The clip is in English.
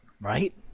right